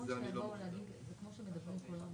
אני רוצה לומר שגם אני קיבלתי את התשובה על